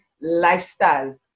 lifestyle